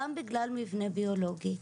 גם בגלל מבנה ביולוגי.